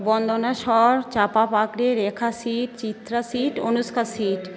বন্দনা সর চাপা পাকরে Rekha seat Chitra seat Anushka seat